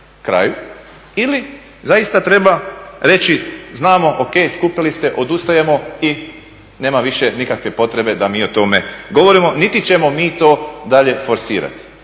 kraju ili zaista treba reći znamo o.k., skupili ste, odustajemo i nema više nikakve potrebe da mi o tome govorimo, niti ćemo mi to dalje forsirati.